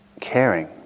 caring